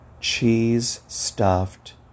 cheese-stuffed